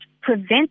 prevent